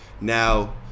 now